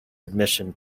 admission